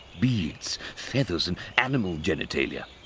beads, feathers and animal genitalia.